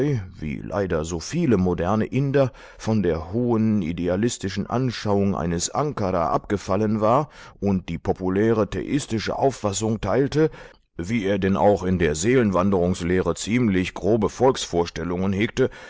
wie leider so viele moderne inder von der hohen idealistischen anschauung eines ankara abgefallen war und die populäre theistische auffassung teilte wie er denn auch in der seelenwanderungslehre ziemlich grobe volksvorstellungen hegte